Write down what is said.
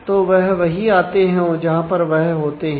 तो वह वही आते हैं जहां पर वह होते हैं